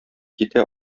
китә